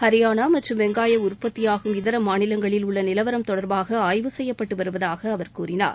ஹரியானா மற்றும் வெங்காயம் உற்பத்தியாகும் இதர மாநிலங்களில் உள்ள நிலவரம் தொடர்பாக ஆய்வு செய்யப்பட்டு வருவதாக அவர் கூறினார்